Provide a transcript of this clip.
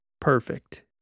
perfect